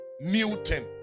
Newton